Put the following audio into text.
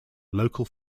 local